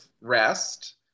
rest